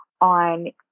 on